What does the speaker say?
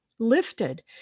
lifted